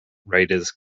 raiders